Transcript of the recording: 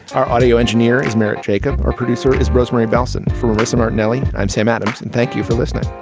our audio engineer is merrett jacob. our producer is rosemary bellson for marissa martinelli. i'm sam adams and thank you for listening